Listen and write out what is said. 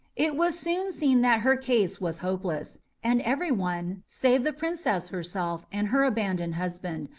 it was soon seen that her case was hopeless and every one, save the princess herself, and her abandoned husband,